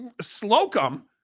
Slocum